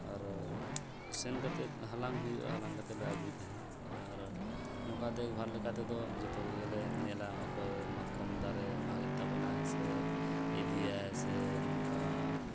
ᱟᱨ ᱥᱮᱱ ᱠᱟᱛᱮᱫ ᱦᱟᱞᱟᱝ ᱦᱩᱭᱩᱜᱼᱟ ᱦᱟᱞᱟᱝ ᱠᱟᱛᱮᱫ ᱞᱮ ᱟᱹᱜᱩᱭ ᱛᱟᱦᱮᱫ ᱟᱨ ᱱᱚᱝᱠᱟ ᱫᱮᱠᱵᱷᱟᱞ ᱞᱮᱠᱟᱛᱮ ᱫᱚ ᱡᱚᱛᱚ ᱠᱚᱜᱮᱞᱮ ᱧᱮᱞᱟ ᱚᱠᱚᱭ ᱢᱟᱛᱠᱚᱢ ᱫᱟᱨᱮ ᱢᱟᱜᱮᱫ ᱛᱟᱵᱚᱱᱟᱭ ᱥᱮ ᱤᱫᱤᱭᱟᱭ ᱥᱮ ᱱᱚᱝᱠᱟ